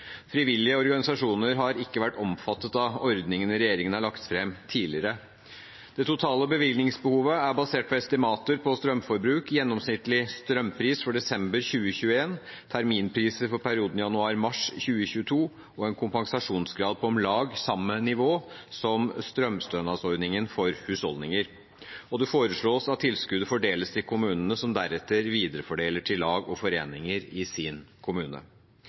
Frivillige organisasjoner har ikke vært omfattet av ordningene regjeringen har lagt fram tidligere. Det totale bevilgningsbehovet er basert på estimater på strømforbruk, gjennomsnittlig strømpris for desember 2021, terminpriser for perioden januar–mars 2022 og en kompensasjonsgrad på om lag samme nivå som strømstønadsordningen for husholdninger. Det foreslås at tilskuddet fordeles til kommunene, som deretter viderefordeler til lag og foreninger i sin kommune.